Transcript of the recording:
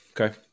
Okay